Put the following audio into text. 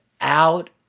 Out